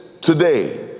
today